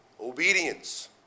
Obedience